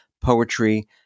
Poetry